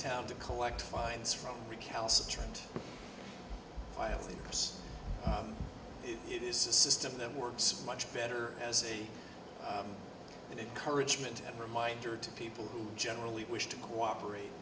town to collect fines from recalcitrant violators it is a system that works much better as a and encouragement and reminder to people who generally wish to cooperate